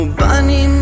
bunny